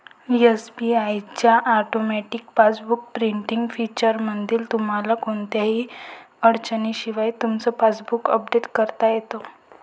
SBI च्या automatic passbook printing फीचरमुळे तुम्हाला कोणत्याही अडचणीशिवाय तुमचं पासबुक अपडेट करता येतं